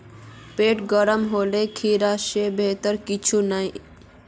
पेट गर्म होले खीरा स बेहतर कुछू नी